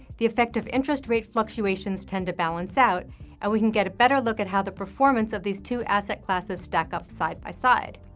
the effect of interest rate fluctuations tend to balance out, and we can get a better look at how the performance of these two asset classes stack up side by side.